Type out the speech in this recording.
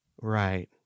Right